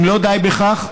אם לא די בכך,